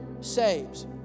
saves